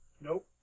Nope